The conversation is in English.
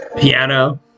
Piano